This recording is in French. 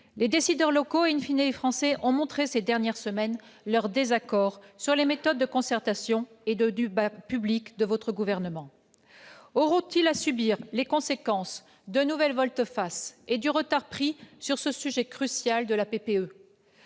les décideurs locaux et,, les Français ont montré ces dernières semaines leur désaccord sur les méthodes de concertation et de débat public du Gouvernement ; auront-ils à subir les conséquences de nouvelles volte-face et du retard pris sur le sujet crucial de la PPE ?